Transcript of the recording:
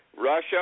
Russia